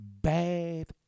bad